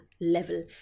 level